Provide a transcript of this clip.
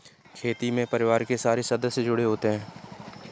खेती में परिवार के सारे सदस्य जुड़े होते है